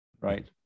right